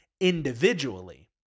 individually